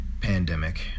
pandemic